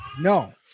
No